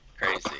Crazy